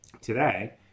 Today